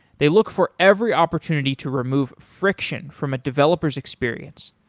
they look for every opportunity to remove friction from a developer s experience.